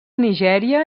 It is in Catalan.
nigèria